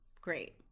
great